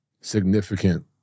significant